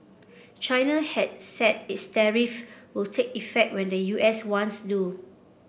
China has said its tariff will take effect when the U S ones do